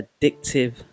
Addictive